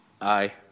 Aye